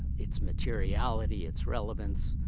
its materiality, its relevance,